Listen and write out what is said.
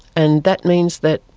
and that means that,